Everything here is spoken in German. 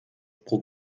pro